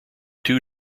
two